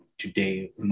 Today